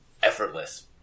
effortless